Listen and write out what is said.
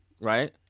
right